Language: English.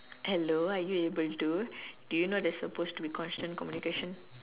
hello are you able to do you know there's suppose to be constant communication